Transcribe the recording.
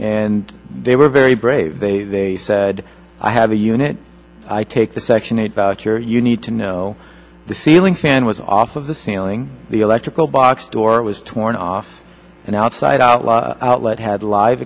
and they were very brave they said i had a unit i take the section eight voucher you need to know the ceiling fan was off of the ceiling the electrical box door was torn off an outside outlet had live